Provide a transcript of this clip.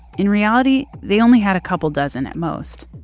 in reality, they only had a couple dozen at most,